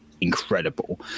incredible